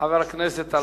חבר הכנסת טלב אלסאנע.